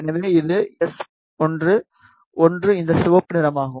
எனவே இது S11 இந்த சிவப்பு நிறமாகும்